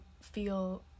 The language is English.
feel